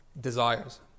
desires